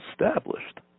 established